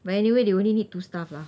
but anyway they only need two staff lah